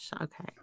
Okay